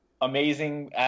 amazing